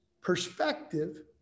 perspective